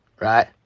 Right